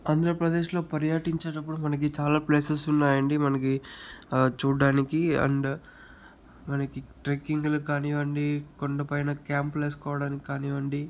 ఆంధ్రప్రదేశ్లో పర్యాటించేటప్పుడు మనకి చాలా ప్లేసెస్ ఉన్నాయండి మనకి చూడడానికి అండ్ మనకి ట్రెక్కింగ్లు కానివ్వండి కొండపైన క్యాంపులు వేసుకోవడానికి కానివ్వండి